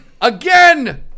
Again